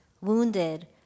wounded